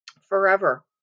forever